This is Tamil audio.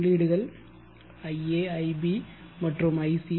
உள்ளீடுகள் ia ib மற்றும் ic